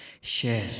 share